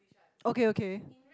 okay okay